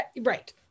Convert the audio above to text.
right